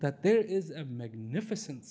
that there is a magnificen